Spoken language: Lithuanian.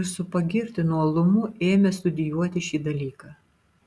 ir su pagirtinu uolumu ėmė studijuoti šį dalyką